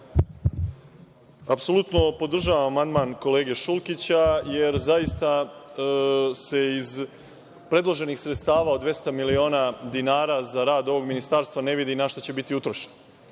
Apsolutno podržavam amandman kolege Šulkića, jer zaista se iz predloženih sredstava od 200.000.000 dinara za rad ovog ministarstva ne vidi na šta će biti utrošeno.